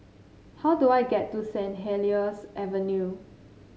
how do I get to Saint Helier's Avenue